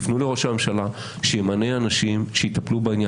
פנו לראש הממשלה על מנת שימנה אנשים שיטפלו בעניין.